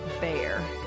bear